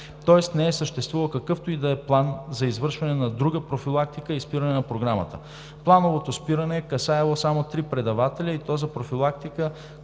тоест не е съществувал какъвто и да е план за извършване на друга профилактика и спиране на програмата. Плановото спиране е касаело само три предавателя, и то за профилактика,